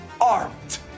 art